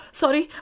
sorry